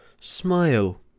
smile